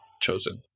chosen